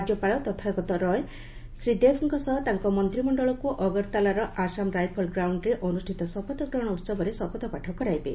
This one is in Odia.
ରାଜ୍ୟପାଳ ତଥାଗତ ରାୟ ଶ୍ରୀ ଦେବଙ୍କ ସହ ତାଙ୍କ ମନ୍ତ୍ରିମଞ୍ଜଳକୁ ଅଗରତାଲାର ଆସାମ ରାଇଫଲ୍ ଗାଉଣ୍ଡରେ ଅନୁଷ୍ଠିତ ଶପଥ ଗ୍ରହଣ ଉତ୍ସବରେ ଶପଥପାଠ କରାଇବେ